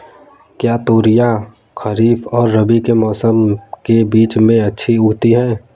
क्या तोरियां खरीफ और रबी के मौसम के बीच में अच्छी उगती हैं?